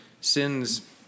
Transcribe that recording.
Sin's